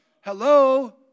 Hello